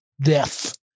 death